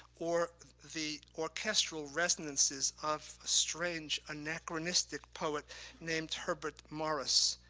or the orchestral resonances of a strange anachronistic poet named herbert morris.